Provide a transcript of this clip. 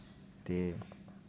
ते